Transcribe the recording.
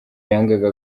yangaga